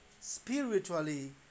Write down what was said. spiritually